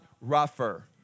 rougher